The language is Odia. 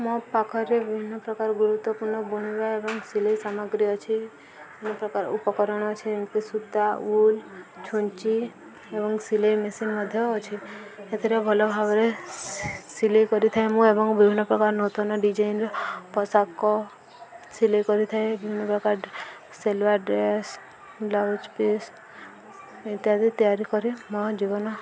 ମୋ ପାଖରେ ବିଭିନ୍ନ ପ୍ରକାର ଗୁରୁତ୍ୱପୂର୍ଣ୍ଣ ବୁଣିବା ଏବଂ ସିଲେଇ ସାମଗ୍ରୀ ଅଛି ବିଭିନ୍ନ ପ୍ରକାର ଉପକରଣ ଅଛି ଯେମିତି ସୂତା ଉଲ୍ ଛୁଞ୍ଚି ଏବଂ ସିଲେଇ ମେସିନ୍ ମଧ୍ୟ ଅଛି ଏଥିରେ ଭଲ ଭାବରେ ସିଲେଇ କରିଥାଏ ମୁଁ ଏବଂ ବିଭିନ୍ନ ପ୍ରକାର ନୂତନ ଡିଜାଇନ୍ର ପୋଷାକ ସିଲେଇ କରିଥାଏ ବିଭିନ୍ନ ପ୍ରକାର ସଲୱାର ଡ୍ରେସ୍ ବ୍ଲାଉଜ୍ ପିସ୍ ଇତ୍ୟାଦି ତିଆରି କରି ମୋ ଜୀବନ